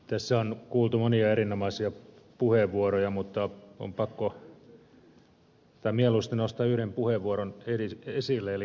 tässä on kuultu monia erinomaisia puheenvuoroja mutta mieluusti nostan yhden puheenvuoron esille eli ed